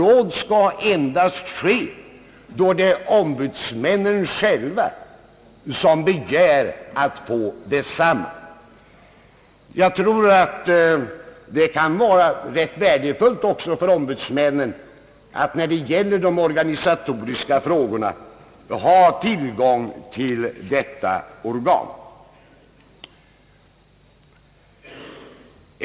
Det är ombudsmännen själva som begär sådant samråd. Jag tror att det kan vara ganska värdefullt för ombudsmännen att ha tillgång till detta organ när det gäller de organisatoriska frågorna.